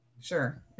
Sure